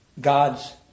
God's